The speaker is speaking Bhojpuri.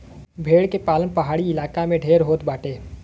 भेड़ के पालन पहाड़ी इलाका में ढेर होत बाटे